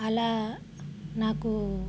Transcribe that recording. అలా నాకు